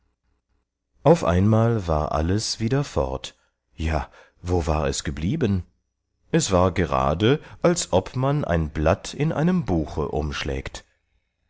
auf einmal war alles wieder fort ja wo war es geblieben es war gerade als ob man ein blatt in einem buche umschlägt